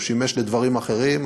הוא שימש לדברים אחרים,